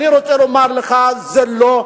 אני רוצה לומר לך: זה לא,